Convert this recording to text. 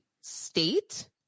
state